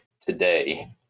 today